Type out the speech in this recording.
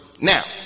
Now